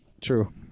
true